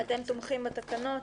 ואתם תומכים בתקנות?